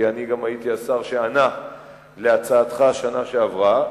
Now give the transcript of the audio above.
כי אני הייתי השר שענה על הצעתך גם בשנה שעברה,